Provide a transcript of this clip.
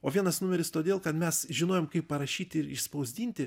o vienas numeris todėl kad mes žinojom kaip parašyti ir išspausdinti